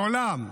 לעולם,